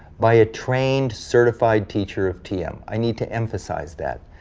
by a trained, certified teacher of tm. i need to emphasize that.